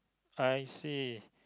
I see